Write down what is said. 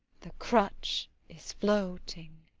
the crutch is floating.